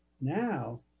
Now